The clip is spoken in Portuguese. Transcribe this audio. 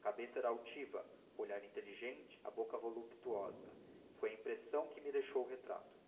cabeça era altiva o olhar inteligente a boca voluptuosa foi a impressão que me deixou o retrato